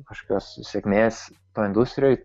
kažkokios sėkmės toj industrijoj